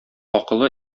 акылы